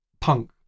Punk